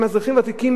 הם אזרחים ותיקים,